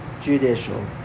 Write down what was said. Judicial